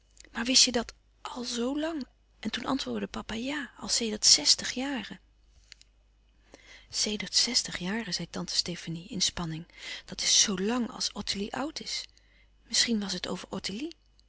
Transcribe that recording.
maar wist je dat àl zoo lang en toen antwoordde papa ja al sedert zèstig jaren sedert zèstig jaren zei tante stefanie in spanning dat is zoo lang als ottilie oud is misschien was het over